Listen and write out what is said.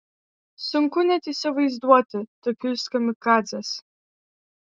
sunku net įsivaizduoti tokius kamikadzes